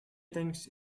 thinks